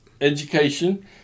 education